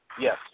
Yes